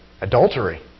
Adultery